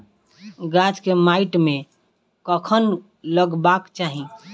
गाछ केँ माइट मे कखन लगबाक चाहि?